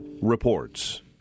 reports